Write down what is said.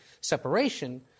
separation